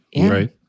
right